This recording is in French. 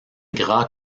gras